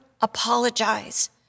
apologize